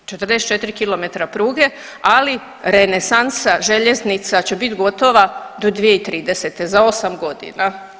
44 km pruge, ali renesansa željeznica će bit gotova do 2030. za osam godina.